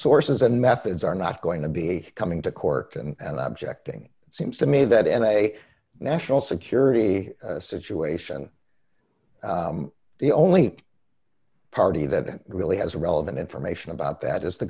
sources and methods are not going to be coming to court and object ing it seems to me that in a national security situation the only party that really has relevant information about that is the